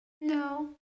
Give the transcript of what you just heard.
No